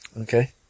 Okay